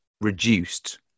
reduced